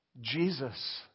Jesus